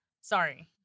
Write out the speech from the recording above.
Sorry